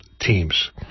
teams